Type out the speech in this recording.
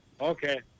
Okay